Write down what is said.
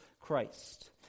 Christ